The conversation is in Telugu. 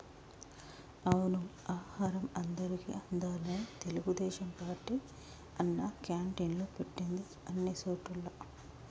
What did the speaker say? అవును ఆహారం అందరికి అందాలని తెలుగుదేశం పార్టీ అన్నా క్యాంటీన్లు పెట్టింది అన్ని సోటుల్లా